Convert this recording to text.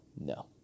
No